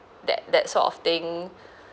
that that sort of thing